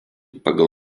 pagal